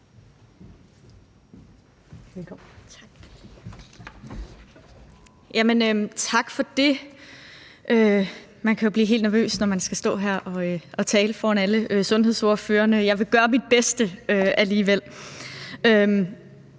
Tak for det. Man kan jo blive helt nervøs, når man skal stå her og tale foran alle sundhedsordførerne – jeg vil alligevel